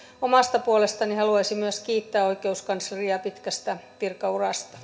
omasta puolestani haluaisin myös kiittää oikeuskansleria pitkästä virkaurasta